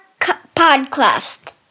podcast